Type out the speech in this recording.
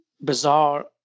bizarre